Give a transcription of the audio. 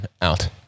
out